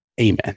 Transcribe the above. amen